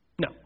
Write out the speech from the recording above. No